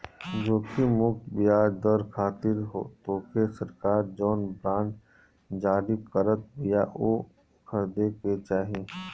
जोखिम मुक्त बियाज दर खातिर तोहके सरकार जवन बांड जारी करत बिया उ खरीदे के चाही